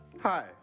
Hi